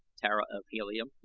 tara of helium,